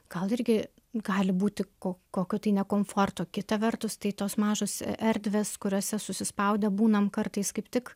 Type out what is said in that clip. gal irgi gali būti ko kokio tai nekomforto kita vertus tai tos mažos erdvės kuriose susispaudę būnam kartais kaip tik